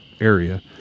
area